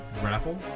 grapple